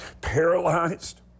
paralyzed